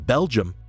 Belgium